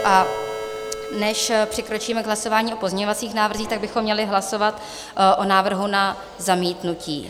A než přikročíme k hlasování o pozměňovacích návrzích, tak bychom měli hlasovat o návrhu na zamítnutí.